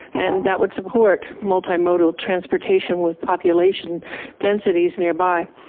and that would support multimodal transportation with population densities nearby.